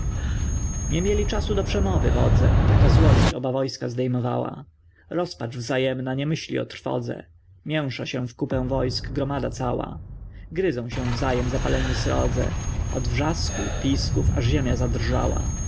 nie mieli czasu do przemowy wodze taka złość obie wojska zdejmowała rozpacz wzajemna nie myśli o trwodze mięsza się w kupę wojsk gromada cała gryzą się wzajem zapaleni srodze od wrzasku pisków aż ziemia zadrżała